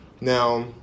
Now